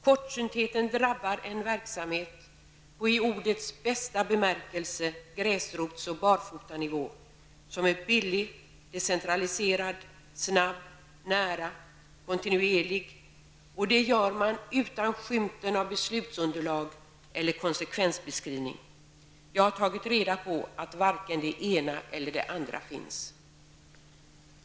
Kortsyntheten drabbar en verksamhet på, i ordets bästa bemärkelse, gräsrotsoch barfotanivå, vilken är billig, decentraliserad, snabb, nära och kontinuerlig. Man tar ställning utan skymten av beslutsunderlag eller konsekvensbeskrivning. Jag har tagit reda på att varken det ena eller det andra finns.